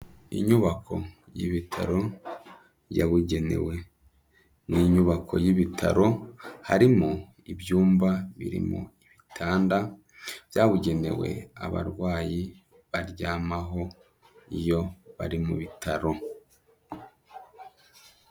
Inyubako y'ibitaro yabugenewe ni inyubako y'ibitaro, harimo ibyumba birimo ibitanda byabugenewe abarwayi baryamaho iyo bari mu bitaro.